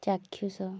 ଚାକ୍ଷୁଷ